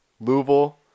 Louisville